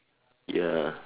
ya mmhmm